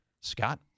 Scott